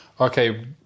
Okay